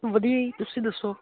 ਵਧੀਆ ਜੀ ਤੁਸੀਂ ਦੱਸੋ